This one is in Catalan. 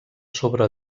sobre